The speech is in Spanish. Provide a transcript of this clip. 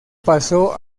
pasó